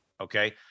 okay